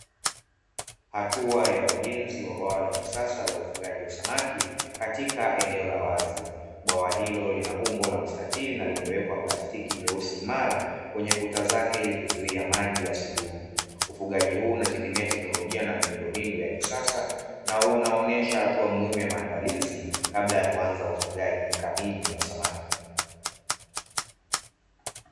Hatua ya ujenzi wa bwawa la kisasa la ufugaji wa samaki, katika eneo la wazi. Bwawa hilo lina umbo la mstatili na limewekwa plastiki nyeusi imara kwenye kuta zake ili kuzuia maji yasivuje. Ufugaji huu unategemea teknolojia na miundombinu ya kisasa na unaonesha hatua muhimu ya maandalizi, kabla ya kuanza ufugaji kamili wa samaki.